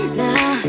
now